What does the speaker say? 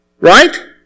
Right